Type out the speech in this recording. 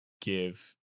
give